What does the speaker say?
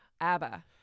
ABBA